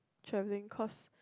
changing course